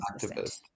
activist